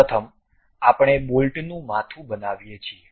પ્રથમ આપણે બોલ્ટનું માથું બનાવીએ છીએ